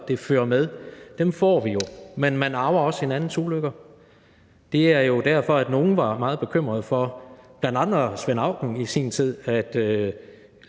det fører med, men man arver også hinandens ulykker. Det er jo derfor, at nogle var meget bekymrede, bl.a. Svend Auken i sin tid,